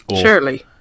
surely